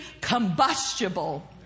combustible